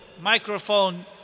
microphone